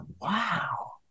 wow